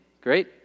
Great